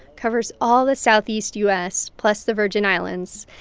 covers all the southeast u s. plus the virgin islands.